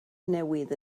newydd